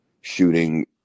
shooting